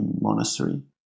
monastery